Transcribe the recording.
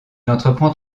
entreprend